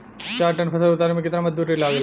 चार टन फसल उतारे में कितना मजदूरी लागेला?